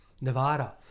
Nevada